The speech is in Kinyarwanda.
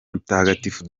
mutagatifu